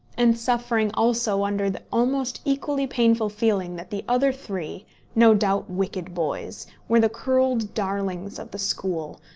and suffering also under the almost equally painful feeling that the other three no doubt wicked boys were the curled darlings of the school,